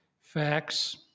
facts